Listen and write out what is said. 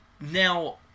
now